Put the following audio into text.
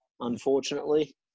unfortunately